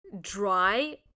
dry